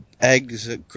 eggs